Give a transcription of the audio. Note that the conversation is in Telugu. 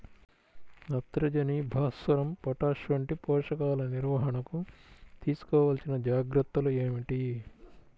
నత్రజని, భాస్వరం, పొటాష్ వంటి పోషకాల నిర్వహణకు తీసుకోవలసిన జాగ్రత్తలు ఏమిటీ?